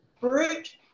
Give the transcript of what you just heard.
brute